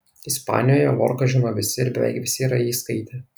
ispanijoje lorką žino visi ir beveik visi yra jį skaitę